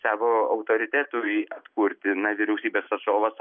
savo autoritetui atkurti na vyriausybės atstovas